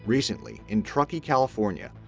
recently, in truckee, california,